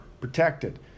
protected